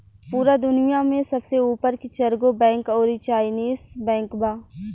पूरा दुनिया में सबसे ऊपर मे चरगो बैंक अउरी चाइनीस बैंक बा